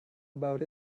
about